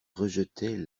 rejetaient